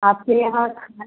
आपके यहाँ खाना